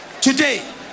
Today